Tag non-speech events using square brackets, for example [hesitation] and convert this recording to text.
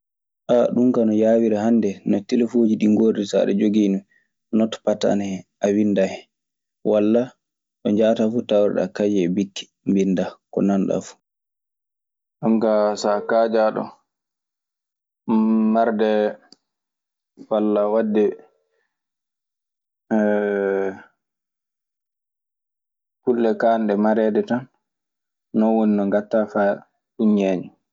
[hesitation] ɗun kaa no yaawiri hannde. No telfooji ɗii ngorri, notpat ana hen, a winndan hen walla ɗo njahataa fuu tawreɗaa kayee e bikki mbinndaa ko nanɗaa fuu. Jonkaa saa kaajaaɗo marde walla wadde [hesitation] kulle kaanɗe mareede tan, non woni no ngattaa faa ñeeña.